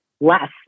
less